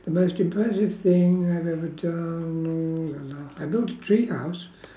the most impressive thing I've ever done uh I built a tree house